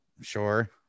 sure